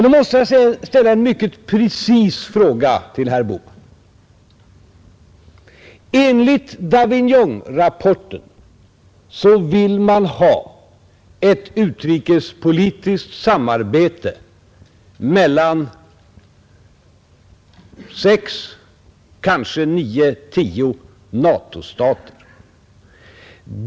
Då måste jag ställa en mycket precis fråga till herr Bohman, Enligt Davignonrapporten vill man ha ett utrikespolitiskt samarbete mellan sex, kanske nio, tio NATO-stater.